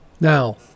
Now